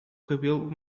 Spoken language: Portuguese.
cabelo